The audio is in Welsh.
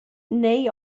neu